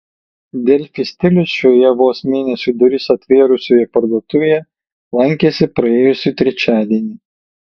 delfi stilius šioje vos mėnesiui duris atvėrusioje parduotuvėje lankėsi praėjusį trečiadienį